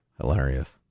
Hilarious